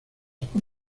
por